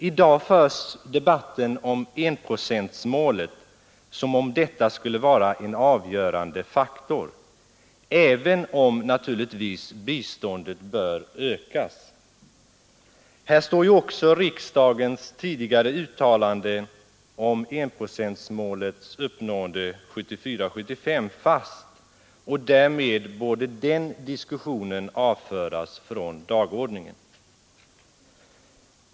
I dag förs debatten om enprocentsmålet som om detta skulle vara en avgörande faktor — även om naturligtvis biståndet bör ökas. Här står ju också riksdagens tidigare uttalande om enprocentsmålets uppnående 1974/75 fast, och därmed borde den diskussionen avföras från dagordningen.